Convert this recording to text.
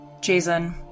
Jason